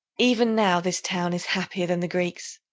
even now this town is happier than the greeks.